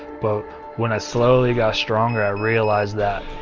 but when i slowly got stronger i realized that,